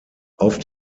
auf